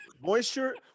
moisture